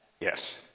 Yes